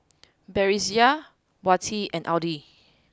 Batrisya Wati and Adi